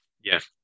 Yes